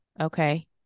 Okay